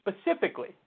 specifically